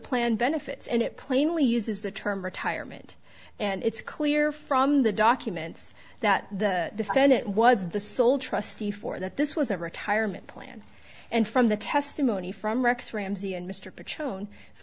plan benefits and it plainly uses the term retirement and it's clear from the documents that the defendant was the sole trustee for that this was a retirement plan and from the testimony from rex ramsey and mr pic shown it's